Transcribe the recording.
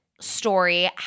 story